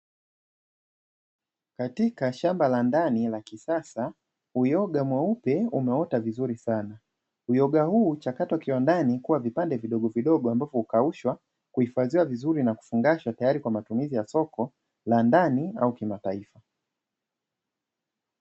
Katika shamba la ndani la kisasa, uyoga mweupe umeota vizuri sana uyoga huu uchakatwa kiwandani, kuwa vipande vidogovidogo ambavyo hukaushwa, kuhifadhiwa vizuri na kufungashwa tayari kwa soko la ndani au la kikatiba.